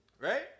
Right